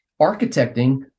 architecting